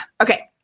Okay